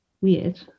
weird